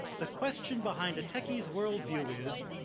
the question behind the techies world view is,